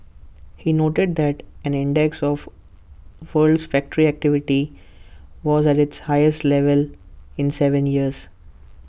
he noted that an index of worlds factory activity was at its highest level in Seven years